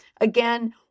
Again